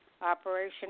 Operation